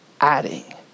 adding